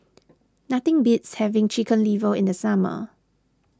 nothing beats having Chicken Liver in the summer